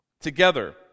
together